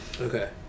Okay